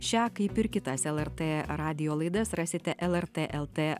šią kaip ir kitas lrt radijo laidas rasite lrt lt